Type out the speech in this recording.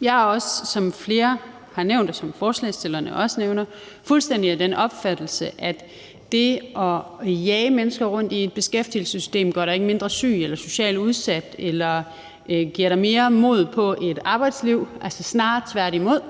bare sige. Som flere har nævnt, og som forslagsstillerne også nævner – og jeg er fuldstændig enig i den opfattelse – gør det at jage mennesker rundt i et beskæftigelsessystem dem ikke mindre syge eller mindre socialt udsat eller giver dem mere mod på et arbejdsliv, snarere tværtimod.